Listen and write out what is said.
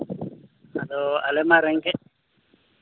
ᱟᱫᱚ ᱟᱞᱮᱢᱟ ᱨᱮᱸᱜᱮᱡ